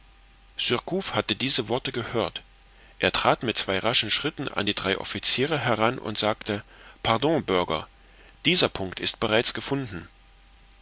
hatte diese worte gehört er trat mit zwei raschen schritten an die drei offiziere heran und sagte pardon bürger dieser punkt ist bereits gefunden